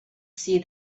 see